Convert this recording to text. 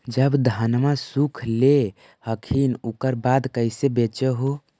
जब धनमा सुख ले हखिन उकर बाद कैसे बेच हो?